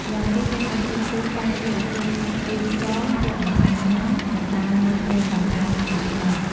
ម្យ៉ាងទៀតយើងអាចជិះទូកកាយយ៉ាកលេង រាវខ្យង យកមកអាំងញុំា នឹងដើរមើលព្រៃកោងកាងទៀតផង។